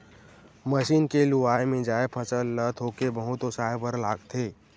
machine के लुवाए, मिंजाए फसल ल थोके बहुत ओसाए बर लागथे